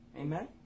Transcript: Amen